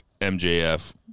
MJF